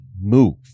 move